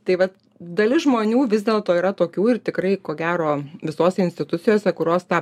tai vat dalis žmonių vis dėlto yra tokių ir tikrai ko gero visose institucijose kuros tą